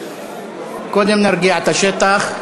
קודם נרגיע את השטח.